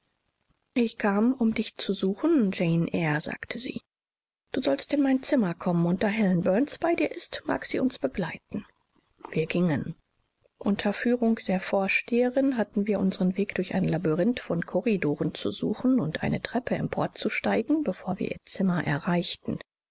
ich kam um dich zu suchen jane eyre sagte sie du sollst in mein zimmer kommen und da helen burns bei dir ist mag sie uns begleiten wir gingen unter führung der vorsteherin hatten wir unseren weg durch ein labyrinth von korridoren zu suchen und eine treppe emporzusteigen bevor wir ihr zimmer erreichten